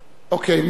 אוקיי.